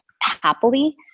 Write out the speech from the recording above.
happily